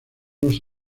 los